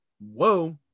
Whoa